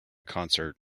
concert